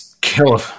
kill